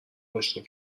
آشنا